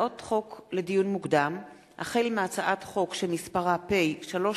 לדיון מוקדם: החל בהצעת חוק פ/3765/18